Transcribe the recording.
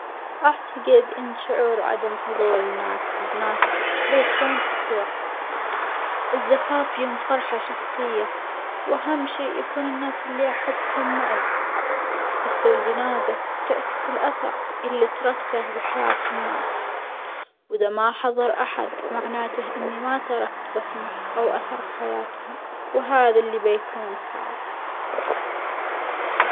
أعتجد إن شعور عدم حظور الناس لجنازتي بيكون أسوء، الزفاف يوم فرحة شخصية وأهم شي يكون الناس اللي بحبهم معي، بس الجنازة تعكس الأثر اللي تركته بحياة الناس وإذا ما حظر أحد معناها إني ما تركت بصمة أو أثر في حياتهم، وهذا اللي بيكون صعب.